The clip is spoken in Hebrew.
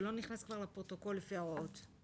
זה לא נכנס כבר לפרוטוקול לפי ההוראות.